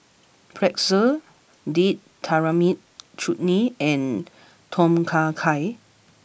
Pretzel Date Tamarind Chutney and Tom Kha Gai